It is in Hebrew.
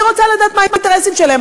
אני רוצה לדעת מה האינטרסים שלהם.